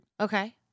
Okay